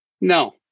no